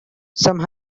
some